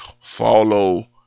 follow